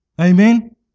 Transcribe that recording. Amen